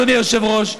אדוני היושב-ראש,